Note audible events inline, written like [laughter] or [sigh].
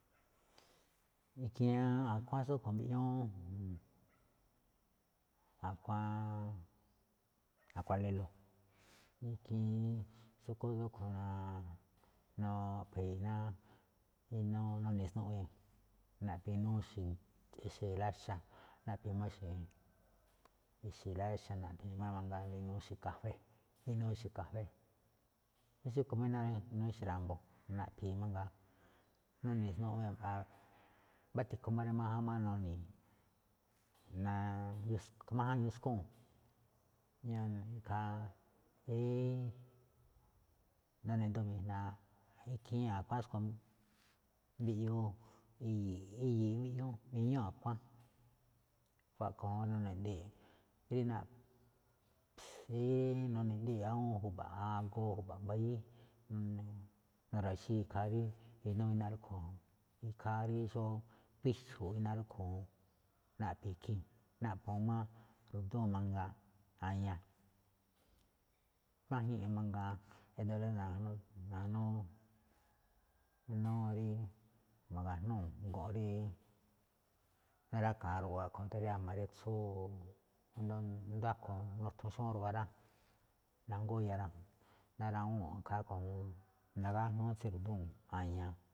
Ikhiin a̱kuáan tsúꞌkhue̱n mbiꞌñúú, [noise] [hesitation] a̱kuáan, [hesitation] a̱kuáan lélo̱, ikhiin xu̱kú tsúꞌkhue̱n [hesitation] naꞌphi̱i̱ iná, nune̱ snuꞌwee̱n naꞌphi̱i̱ inúu ixe̱ ixe̱ láxa̱, naꞌphi̱i̱ máꞌ [noise] ixe̱ láxa̱ mangaa inúu ixe̱ kafée rí inúu ixe̱ kafée. Jamí xúꞌkhue̱n máꞌ inúu ixe̱ ra̱mbo̱ naꞌphi̱i̱ mangaa nuni̱i̱ snuꞌwee̱n ikhaa. Mbá tukhu rí máján máꞌ rí máján nuni̱i̱, [hesitation] máján yuskuu̱n, [noise] ikhaa rí nune̱ ꞌnduꞌ mi̱jna̱a̱, ikhiin a̱kuáan tsúꞌkhue̱n mbiꞌyuu i̱yi̱i̱, i̱yi̱i̱ mbiꞌñú iñúú a̱kuáan. A̱ꞌkhue̱n juun nuni̱i̱ ndii̱ꞌ rí [hesitation] nuni̱i̱ ndii̱ꞌ ná awúun ju̱ba̱ꞌ agoo ju̱ba̱ꞌ mbayíí, nu̱ra̱xi̱i̱ ikhaa rí inúu iná rúꞌkhue̱n, ikhaa rí xó wíxo̱o̱ꞌ iná rúꞌkhue̱n juun, naꞌphii̱ ikhii̱n, naꞌphu̱u̱n máꞌ ru̱dúu̱n mangaa a̱ña̱ꞌ. Máj́ii̱n máꞌ mangaa ído̱ inúu rí [hesitation] ma̱ga̱jnúu̱n go̱nꞌ rí na̱ráka̱a̱ ruꞌwa a̱ꞌkhue̱n tirijma̱, tiriatsúu [hesitation] asndo akho̱ nothon naxnúu ruꞌwa rá, nangúun iya ná rawúu̱n ikhaa rúꞌkhue̱n juun, [noise] nagájnúú tsí ru̱dúu̱n a̱ña.